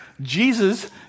Jesus